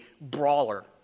brawler